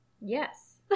yes